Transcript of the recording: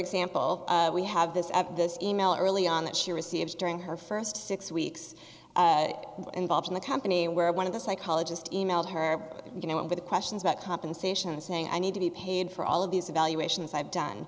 example we have this at this email early on that she receives during her first six weeks involved in the company where one of the psychologist e mailed her you know what were the questions about compensation saying i need to be paid for all of these evaluations i've done